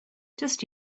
just